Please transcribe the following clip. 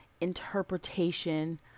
interpretation